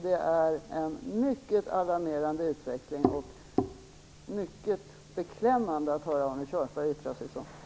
Det är en mycket alarmerande utveckling, och det är mycket beklämmande att höra Arne Kjörnsberg yttra sig på detta sätt.